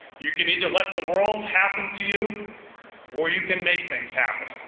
you can either let the world happen to you or you can make things happen.